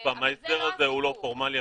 ההסדר הזה הוא לא פורמלי,